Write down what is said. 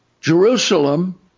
Jerusalem